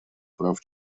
прав